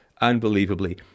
unbelievably